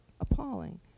appalling